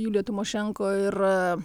julija timošenko ir